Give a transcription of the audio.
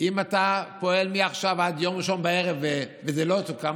אם אתה פועל מעכשיו עד יום ראשון בערב והיא לא תוקם,